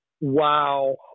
wow